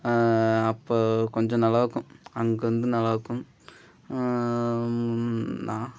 அப்போ கொஞ்சம் நல்லாயிருக்கும் அங்கே வந்து நல்லாயிருக்கும் நான்